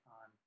on